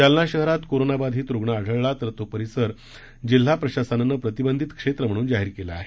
जालना शहरात कोरोनाबाधित रुग्ण आढळला तो परिसर जिल्हा प्रशासनानं प्रतिबंधित क्षेत्र म्हणून जाहीर केला आहे